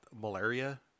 malaria